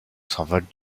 s’envolent